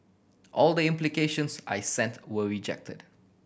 all the applications I sent were rejected